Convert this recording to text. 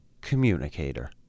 communicator